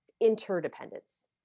interdependence